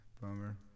Bummer